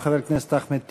חבר הכנסת אחמד טיבי.